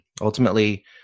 Ultimately